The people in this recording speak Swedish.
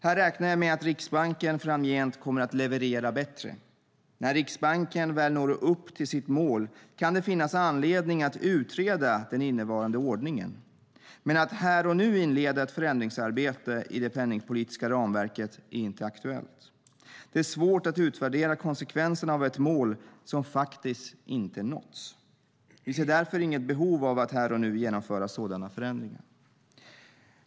Här räknar jag med att Riksbanken framgent kommer att leverera bättre. När Riksbanken väl når upp till sitt mål kan det finnas anledning att utreda den innevarande ordningen. Men att här och nu inleda ett förändringsarbete i det penningpolitiska ramverket är inte aktuellt. Det är svårt att utvärdera konsekvenserna av ett mål som faktiskt inte nåtts. Vi ser därför inget behov av att här och nu genomföra sådana förändringar.